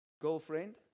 girlfriend